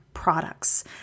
products